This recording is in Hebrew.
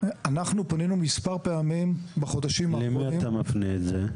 אנחנו פנינו מספר פעמים בחודשים האחרונים --- למי אתה מפנה את זה?